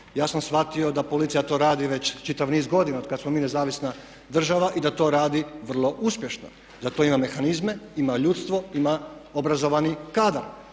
Ja sam shvatio da policija to radi već čitav niz godina otkad smo mi nezavisna država i da to radi vrlo uspješno. Za to ima mehanizme, ima ljudstvo, ima obrazovani kadar.